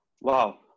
Wow